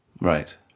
Right